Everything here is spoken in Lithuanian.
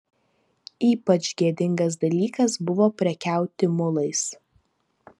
ypač gėdingas dalykas buvo prekiauti mulais